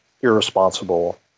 irresponsible